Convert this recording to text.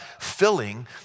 filling